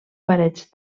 parets